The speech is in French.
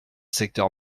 secteur